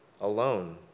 alone